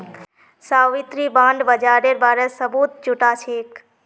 Savitri bond बाजारेर बारे सबूत जुटाछेक